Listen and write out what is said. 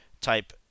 type